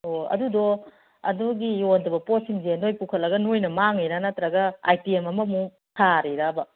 ꯑꯣ ꯑꯗꯨꯗꯣ ꯑꯗꯨꯒꯤ ꯌꯣꯟꯗꯕ ꯄꯣꯠꯁꯤꯡꯁꯦ ꯅꯣꯏ ꯄꯨꯈꯠꯂꯒ ꯅꯣꯏꯅ ꯃꯥꯡꯉꯤꯔ ꯅꯠꯇ꯭ꯔꯒ ꯑꯥꯏꯇꯦꯝ ꯑꯃꯃꯨꯛ ꯁꯥꯔꯤꯔꯕ